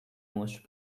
most